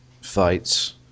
fights